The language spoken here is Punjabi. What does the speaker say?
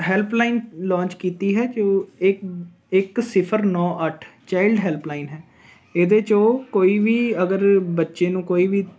ਹੈਲਪਲਾਈਨ ਲਾਂਚ ਕੀਤੀ ਹੈ ਜੋ ਇੱਕ ਇੱਕ ਸਿਫਰ ਨੌ ਅੱਠ ਚਾਇਲਡ ਹੈਲਪਲਾਈਨ ਹੈ ਇਹਦੇ 'ਚ ਉਹ ਕੋਈ ਵੀ ਅਗਰ ਬੱਚੇ ਨੂੰ ਕੋਈ ਵੀ